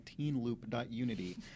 teenloop.unity